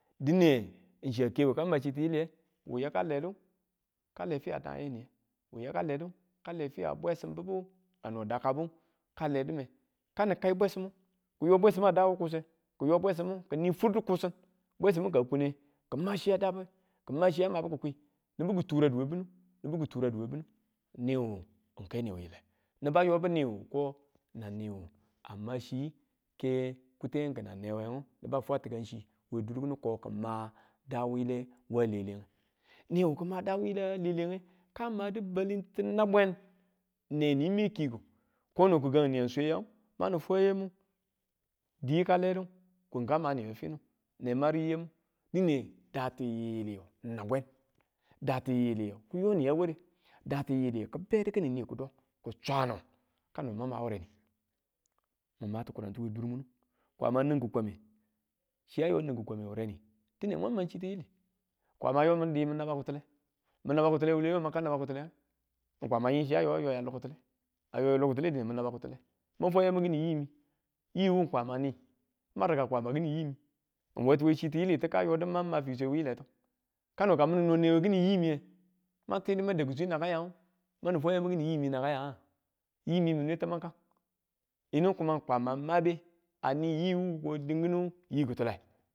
Dine, n chiya kebu kama chi tiyile wu yaka ledu, ka le fiya da yeni wu yaka ledu, kale fiya bwesim bubu a no dakabu kaledime kanu kai bwesimmu kiyo bwesimu, a daa wu kuse kiyo bwesimu kini fur di kusin bwesimu ka kune kima chiyaa dabe kima chiya mabu kikwi nibu ki turaduwe, we binu nibu ki turaduwe we binu ni wu ke ni wile niba yobu niwu ko nan niwu a ma chi ke kutengu niwu niba fwa tikan chi we dur kinu ko kima da wuyile waleleng, niwu kima da wuyile lelnge ka madu balin tu nabwe, neni me kiku kono kigang niya swe yangu manin fwa yam dii kaledu kung ka madu we finu nemariyamu dine dati yiyiliyu nabwen, dati yiyiliyu ki yo ni a ware dati yiyiliyu ki bedu kini ni ki̱dwa̱ng, mang ki chawanu kano mamma wureni mum ma ti̱kuntuwe durmini kwama nin kikwaa̱mme chi ayo a nin ki̱kwa̱mme wureni dine mum ma chi tiyili kwama yo mun diu min naba ki̱tule, min naba ki̱tule, wule yo min naba ki̱tuleng kwama ying chiya yo ayo ya loki̱tule ayo ya loki̱tule dine mun naba ki̱tule mwan fwa yamu ki̱ni yiimi yiimi kwama a ni ma rika kwama kini yiimi n wetuwe chi tiyitu ka yodu mang ma fiswe wuyiletu kano ka min newe kini yiimiye man kedu ma dau kiswi nanka yangu manin fwa yamu kimi yiimi nanka yanga yiimi mi nwe twaman kan yinu kuma kwama mabe a ni yiiwu ko dinkinu yi kiyule